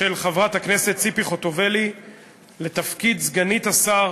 של חברת הכנסת ציפי חוטובלי לתפקיד סגנית שר